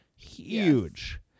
huge